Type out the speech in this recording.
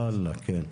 לאללה, כן.